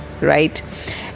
right